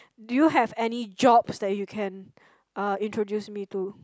do you have any jobs that you can uh introduce me to